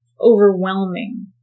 overwhelming